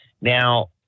Now